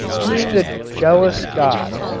being a jealous god,